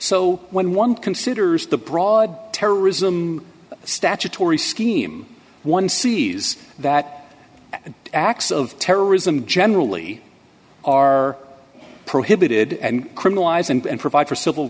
so when one considers the broad terrorism statutory scheme one sees that acts of terrorism generally are prohibited and criminalize and provide for civil